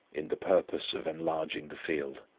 in the purpose of enlarging the field.